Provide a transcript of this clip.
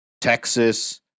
Texas